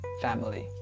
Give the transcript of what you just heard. family